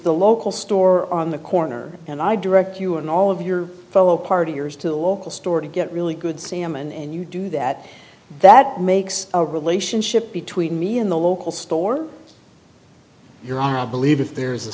the local store on the corner and i direct you and all of your fellow partiers to a local store to get really good salmon and you do that that makes a relationship between me and the local store here i believe if there is a